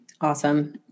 Awesome